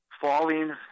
falling